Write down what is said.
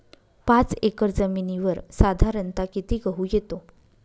पाच एकर जमिनीवर साधारणत: किती गहू येतो?